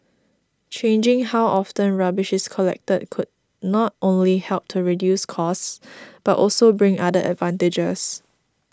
changing how often rubbish is collected could not only help to reduce costs but also bring other advantages